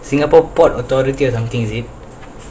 singapore port authority or something is it